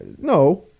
no